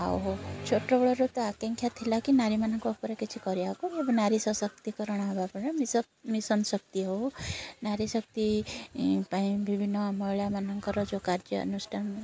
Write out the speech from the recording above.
ଆଉ ଛୋଟବେଳରୁ ତ ଆକାଂକ୍ଷା ଥିଲା କି ନାରୀ ମାନଙ୍କ ଉପରେ କିଛି କରିବାକୁ ନାରୀ ସଶକ୍ତିକରଣ ହେବା ମିଶନ୍ ଶକ୍ତି ହେଉ ନାରୀ ଶକ୍ତି ପାଇଁ ବିଭିନ୍ନ ମହିଳାମାନଙ୍କର ଯେଉଁ କାର୍ଯ୍ୟନୁଷ୍ଠାନ